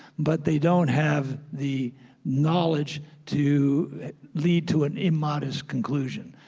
but they don't have the knowledge to lead to an immodest conclusion,